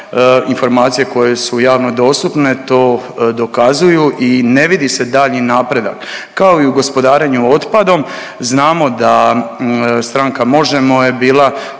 informacije koje su javno dostupne to dokazuju i ne vidi se daljnji napredak. Kao i u gospodarenju otpadom, znamo da stranka Možemo! je bila